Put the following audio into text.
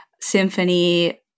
symphony